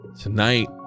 tonight